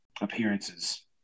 appearances